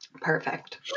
perfect